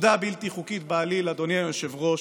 פקודה בלתי חוקית בעליל, אדוני היושב-ראש,